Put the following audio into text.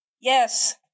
Yes